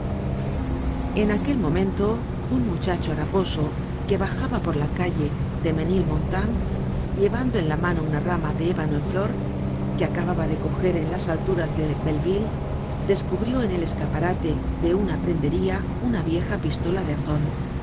en aquel momento un muchacho haraposo que bajaba por la calle menilmontant llevando en la mano una rama de ébano en flor que acababa de coger en las alturas de belleville descubrió en el escaparate de una prendería una vieja pistola de arzon